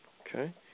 okay